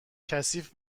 کثیف